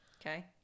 Okay